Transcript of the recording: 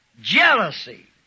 jealousy